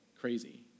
crazy